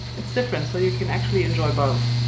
it's different so you can actually enjoy both.